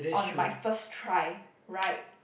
on my first try right